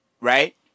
right